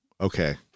okay